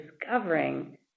discovering